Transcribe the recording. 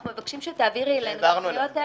אנחנו מבקשים שתעבירי לנו את שמות החברות האלה.